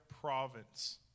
province